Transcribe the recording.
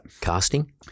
Casting